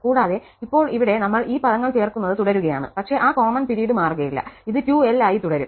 കൂടാതെ ഇപ്പോൾ ഇവിടെ നമ്മൾ ഈ പാദങ്ങൾ ചേർക്കുന്നത് തുടരുകയാണ് പക്ഷേ ആ കോമൺ പിരീഡ് മാറുകയില്ല അത് 2l ആയി തുടരും